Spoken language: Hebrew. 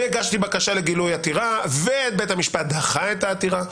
והגשתי בקשה לגילוי עתירה ובית המשפט דחה את העתירה,